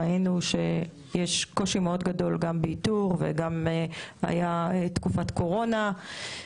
ראינו שיש קושי מאוד גדול באיתור והייתה גם תקופת קורונה.